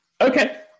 Okay